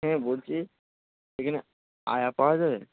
হ্যাঁ বলছি এখানে আয়া পাওয়া যাবে